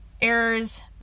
errors